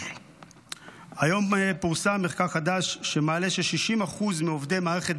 היום פורסם מחקר חדש שמעלה ש-60% מעובדי מערכת